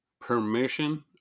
permission